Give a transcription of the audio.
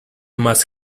must